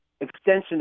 extension